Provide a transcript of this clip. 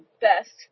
best